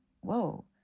whoa